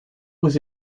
was